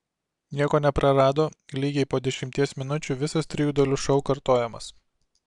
nieko neprarado lygiai po dešimties minučių visas trijų dalių šou kartojamas